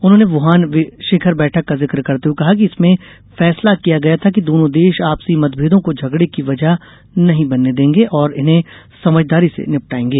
उन्होंने वुहान शिखरे बैठक का जिक करते हुए कहा कि इसमें फैसला किया गया था कि दोनों देश आपसी मतभेदों की झगड़े की वजह नहीं बनने देंगे और इन्हें समझदारी से निपटायेंगे